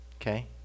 Okay